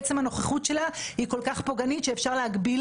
עצם הנוכחות שלה היא כל כך פוגענית שאפשר להגביל